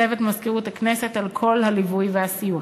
וצוות מזכירות הכנסת, על כל הליווי והסיוע.